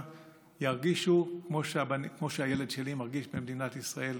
ירגישו כמו שהילד שלי מרגיש במדינת ישראל.